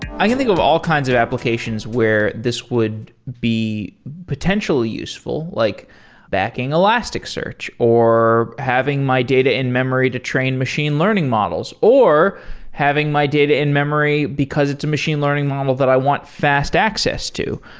i can think of all kinds of applications where this would be potentially useful, like backing elasticsearch, or having my data in memory to train machine learning models, or having my data in memory because it's a machine learning model that i want fast access to.